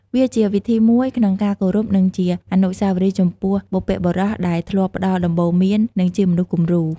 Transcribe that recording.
វាជាវិធីមួយក្នុងការគោរពនិងជាអនុស្សាវរីយ៍ចំពោះបុព្វបុរសដែលធ្លាប់ផ្ដល់ដំបូន្មាន និងជាមនុស្សគំរូ។